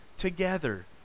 together